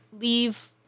leave